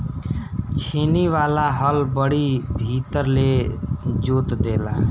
छेनी वाला हल बड़ी भीतर ले जोत देला